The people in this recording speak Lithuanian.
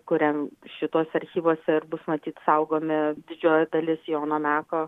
kuriam šituos archyvuose ir bus matyt saugomi didžioji dalis jono meko